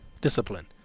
discipline